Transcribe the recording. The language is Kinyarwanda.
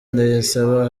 ndayisaba